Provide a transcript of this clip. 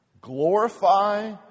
Glorify